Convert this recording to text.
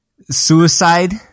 Suicide